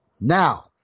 Now